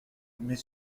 mais